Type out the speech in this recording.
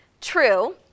true